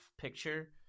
picture